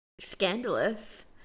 Scandalous